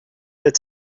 their